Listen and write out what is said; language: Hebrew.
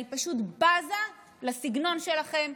אני פשוט בזה לסגנון שלכם,